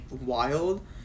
wild